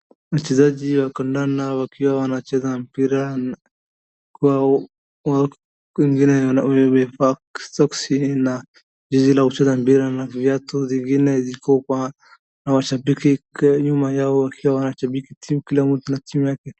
Wachezaji wa kandada wakiwa wanacheza mpira na huku wengine wamevaa soksi na jezi la kucheza mpira na viatu zingine ziko kwa, na washambiki nyuma yao wakiwa wanashabiki timu kila mtu na timu yake.